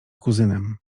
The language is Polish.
kuzynem